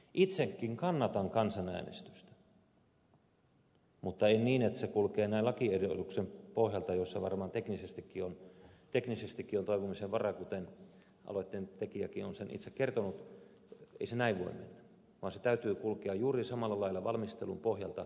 itsekin kannatan kansanäänestystä mutta en niin että se kulkee näin lakiehdotuksen pohjalta jossa varmaan teknisestikin on toivomisen varaa kuten aloitteentekijäkin on itse kertonut ei se näin voi mennä vaan sen täytyy kulkea juuri samalla lailla valmistelun pohjalta